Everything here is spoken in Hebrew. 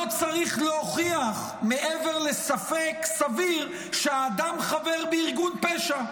לא צריך להוכיח מעבר לספק סביר שהאדם חבר בארגון פשע.